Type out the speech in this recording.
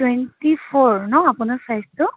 twenty four ন আপোনাৰ ছাইজটো